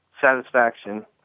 satisfaction